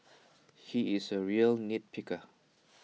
he is A real nitpicker